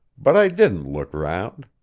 but i didn't look round.